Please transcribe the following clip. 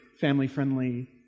family-friendly